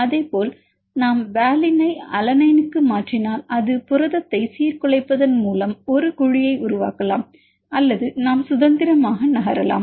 அதேபோல் நாம் வாலினை அலனைனுக்கு மாற்றினால் அது புரதத்தை சீர்குலைப்பதன் மூலம் ஒரு குழியை உருவாக்கலாம் அல்லது நாம் சுதந்திரமாக நகரலாம்